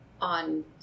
on